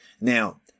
Now